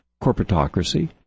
corporatocracy